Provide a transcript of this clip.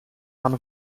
pan